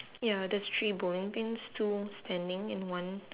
ya there's three bowling pins two standing and one